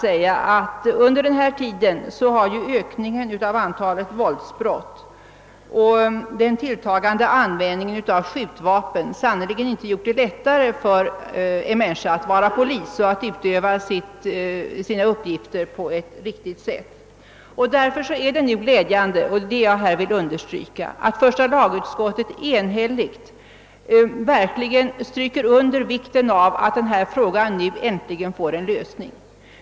Jag vill bara säga att ökningen av antalet våldsbrott och den tilltagande användningen av skjutvapen under den tid som gått sannerligen inte gjort det lättare att vara polis och att sköta polismans uppgifter på ett riktigt sätt. Det är därför glädjande, vilket jag vill understryka, att första lagutskottet enhälligt framhåller vikten av att denna fråga nu äntligen får en lösning.